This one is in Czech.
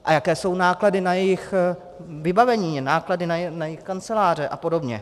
A jaké jsou náklady na jejich vybavení, náklady na jejich kanceláře a podobně.